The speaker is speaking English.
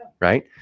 Right